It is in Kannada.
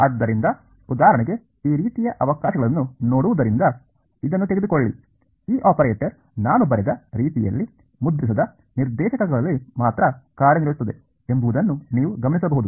ಆದ್ದರಿಂದ ಉದಾಹರಣೆಗೆ ಈ ರೀತಿಯ ಅವಕಾಶಗಳನ್ನು ನೋಡುವುದರಿಂದ ಇದನ್ನು ತೆಗೆದುಕೊಳ್ಳಿ ಈ ಆಪರೇಟರ್ ನಾನು ಬರೆದ ರೀತಿಯಲ್ಲಿ ಮುದ್ರಿಸದ ನಿರ್ದೇಶಾಂಕಗಳಲ್ಲಿ ಮಾತ್ರ ಕಾರ್ಯನಿರ್ವಹಿಸುತ್ತದೆ ಎಂಬುದನ್ನು ನೀವು ಗಮನಿಸಬಹುದು